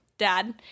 dad